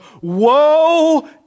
woe